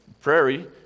prairie